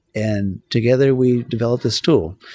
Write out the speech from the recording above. and together we developed this tool.